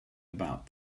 about